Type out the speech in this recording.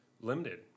limited